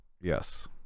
Yes